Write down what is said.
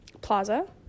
plaza